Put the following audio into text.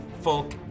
folk